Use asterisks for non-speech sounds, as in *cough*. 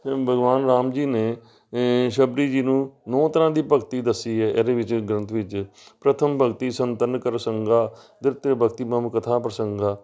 *unintelligible* ਭਗਵਾਨ ਰਾਮ ਜੀ ਨੇ ਸ਼ਬਰੀ ਜੀ ਨੂੰ ਨੌ ਤਰ੍ਹਾਂ ਦੀ ਭਗਤੀ ਦੱਸੀ ਹੈ ਇਹਦੇ ਵਿੱਚ ਗ੍ਰੰਥ ਵਿੱਚ ਪ੍ਰਥਮ ਭਗਤਿ ਸੰਤਨ ਕਰ ਸੰਗਾ ਦੂਸਰ ਰਤ ਮਮ ਕਥਾ ਪ੍ਰਸੰਗਾਂ